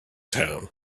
town